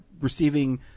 receiving